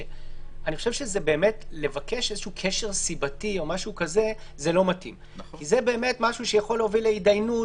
אני חושב שלא מתאים לבקש קשר סיבתי כי זה דבר שיכול להוביל להתדיינות,